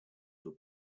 were